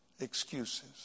Excuses